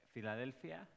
Filadelfia